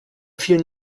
vielen